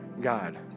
God